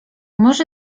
może